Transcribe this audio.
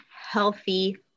healthy